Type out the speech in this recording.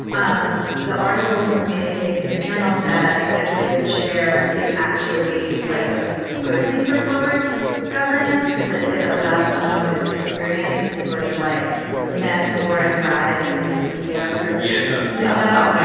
um the article made the case in the journal that executive chair is actually like a good thing for corporate governance because it allows someone with experience to sort of like mentor and guide a new ceo through yeah. no, no,